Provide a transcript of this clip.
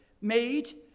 made